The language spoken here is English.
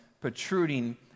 protruding